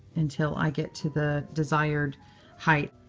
until i get to the desired height.